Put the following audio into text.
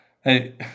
Hey